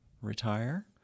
retire